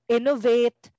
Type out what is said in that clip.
Innovate